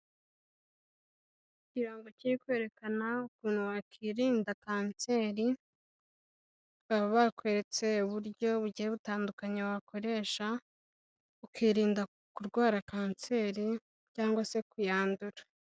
Ikirango kiri kwerekana ukuntu wakwirinda kanseri, baba bakweretse uburyo bugiye butandukanye wakoresha, ukirinda kurwara kanseri cyangwa se kuyandura.